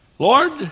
Lord